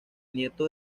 nieto